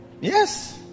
yes